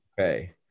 Okay